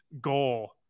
goal